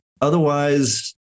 Otherwise